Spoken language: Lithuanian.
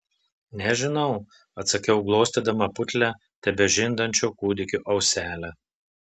nežinau atsakiau glostydama putlią tebežindančio kūdikio auselę